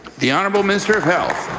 the honourable minister of health?